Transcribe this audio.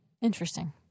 Interesting